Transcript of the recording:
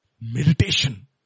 meditation